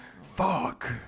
fuck